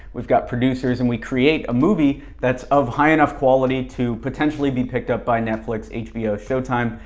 we've got producers, and we create a movie that's of high enough quality to potentially be picked up by netflix, hbo, showtime,